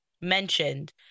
mentioned